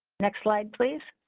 next slide, please